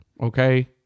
okay